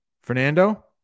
Fernando